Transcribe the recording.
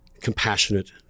compassionate